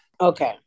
Okay